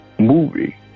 movie